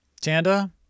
Tanda